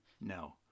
no